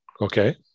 Okay